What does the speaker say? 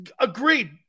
agreed